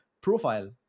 profile